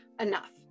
enough